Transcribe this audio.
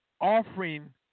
offering